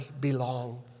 belong